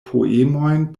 poemojn